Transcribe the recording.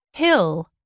Hill